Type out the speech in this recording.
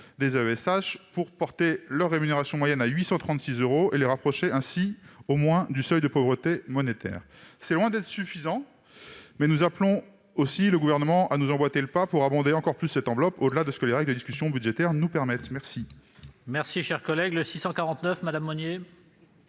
personnels pour porter leur rémunération moyenne à 836 euros, ce qui les rapprocherait au moins du seuil de pauvreté monétaire. C'est loin d'être suffisant, mais nous appelons aussi le Gouvernement à nous emboîter le pas pour abonder cette enveloppe au-delà de ce que les règles de la discussion budgétaire nous autorisent à